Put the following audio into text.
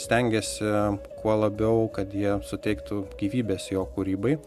stengėsi kuo labiau kad jie suteiktų gyvybės jo kūrybai